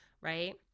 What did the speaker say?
right